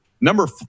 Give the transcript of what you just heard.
Number